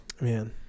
man